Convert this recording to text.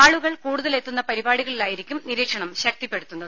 ആളുകൾ കൂടുതൽ എത്തുന്ന പരിപാടികളിൽ ആയിരിക്കും നിരീക്ഷണം ശക്തിപ്പെടുത്തുന്നത്